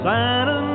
Santa